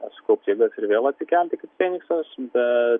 na sukaupt jėgas ir vėl atsikelti kaip feniksas bet